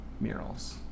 murals